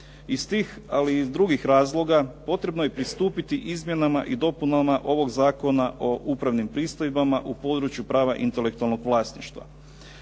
Iz tih, ali i iz drugih razloga potrebno je pristupiti izmjenama i dopunama ovog Zakona o upravnim pristojbama u području prava intelektualnog vlasništva.